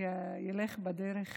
ילך בדרך